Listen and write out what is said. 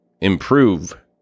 improve